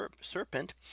Serpent